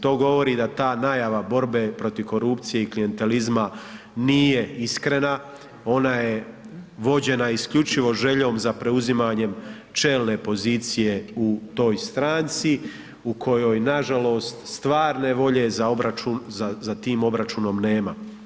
To govori da ta najava borbe protiv korupcije i klijentelizma nije iskrena ona je vođena isključivo željom za preuzimanjem čelne pozicije u toj stranci u kojoj nažalost stvarne volje za obračun, za tim obračunom nema.